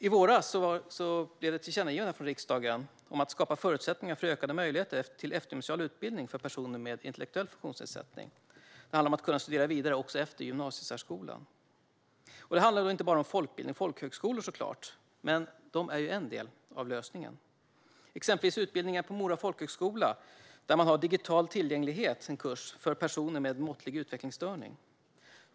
I våras kom ett tillkännagivande från riksdagen om att skapa förutsättningar för ökade möjligheter till eftergymnasial utbildning för personer med intellektuell funktionsnedsättning. Det handlar om att kunna studera vidare också efter gymnasiesärskolan, och det handlar då inte bara om folkbildning och folkhögskolor, såklart, men de är en del av lösningen. Ett exempel är utbildningen på Mora Folkhögskola där man har en kurs i digital tillgänglighet som riktar sig till personer med måttlig utvecklingsstörning.